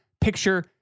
picture